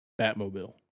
Batmobile